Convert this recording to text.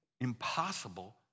impossible